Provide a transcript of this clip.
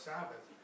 Sabbath